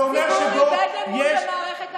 למה רוב הציבור איבד אמון במערכת החוק?